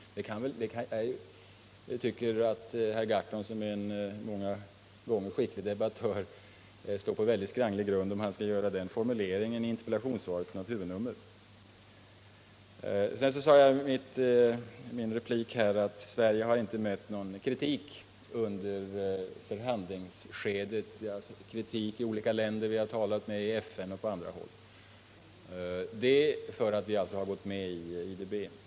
Jag tycker att herr Gahrton, som många gånger är en skicklig debattör, står på väldigt skranglig grund om han skall göra den ifrågavarande formuleringen i interpellationssvaret till ett huvudnummer. I min replik sade jag att Sverige under förhandlingsskedet inte har mött någon kritik från de olika länder vi talat med i FN och på andra håll för att vi gått med i IDB.